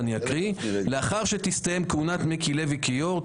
לאחר שתסתיים כהונת מיקי לוי כיו"ר,